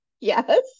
yes